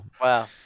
Wow